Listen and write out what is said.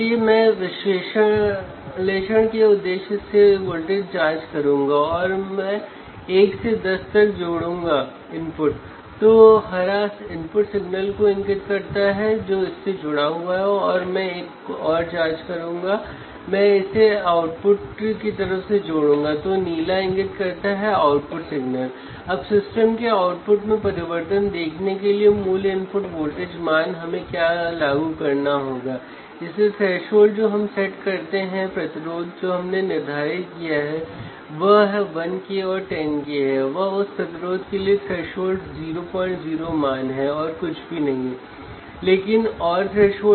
तो वह Wheatstone bridge पर सप्लाई वोल्टेज लागू कर रहा है और वोल्टेज लगभग 5 वोल्ट है और फिर उसे व्हीटस्टोन ब्रिज के आउटपुट पर वोल्टेज को मापना होगा और वोल्टेज 0 के करीब होना चाहिए